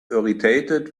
irritated